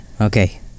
Okay